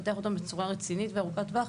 לפתח אותם בצורה רצינית וארוכת טווח,